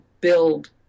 build